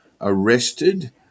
arrested